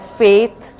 faith